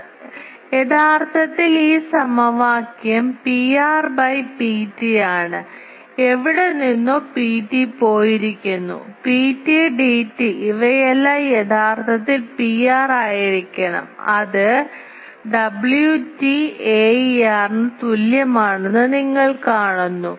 അതിനാൽ യഥാർത്ഥത്തിൽ ഈ സമവാക്യം Pr by Pt ആണ് എവിടെ നിന്നോ Pt പോയിരിക്കുന്നു Pt Dt ഇവയെല്ലാം യഥാർത്ഥത്തിൽ Pr ആയിരിക്കണം അത് Wt Aer ന് തുല്യമാണെന്ന് നിങ്ങൾ കാണുന്നു